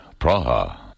Praha